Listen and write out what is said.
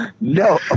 No